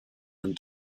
and